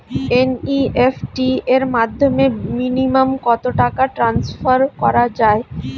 NEFT র মাধ্যমে minimum কত টাকা টান্সফার করা যায়?